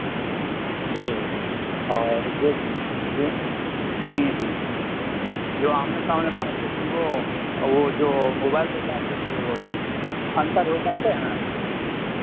जी और जो जो जो आमने सामने बात होती वो वो जो मोबाइल से बात होती है वो अंतर हो जाते हैं ना